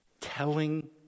telling